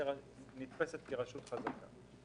נתפסת כרשות חזקה.